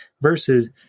versus